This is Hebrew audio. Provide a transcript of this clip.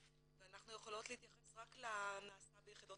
ואנחנו יכולות להתייחס רק לנעשה ביחידות